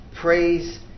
Praise